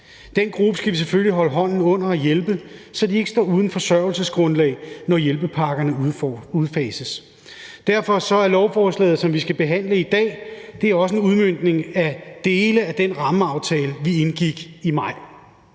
Den gruppe skal vi selvfølgelig holde hånden under og hjælpe, så de ikke står uden forsørgelsesgrundlag, når hjælpepakkerne udfases. Derfor er lovforslaget, som vi skal behandle i dag, også en udmøntning af dele af den rammeaftale, vi indgik i maj.